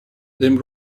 then